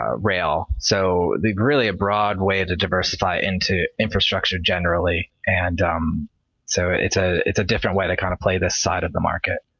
um rail. so really a broad way to diversify into infrastructure generally. and so it's ah it's a different way to kind of play this side of the market.